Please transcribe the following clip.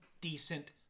decent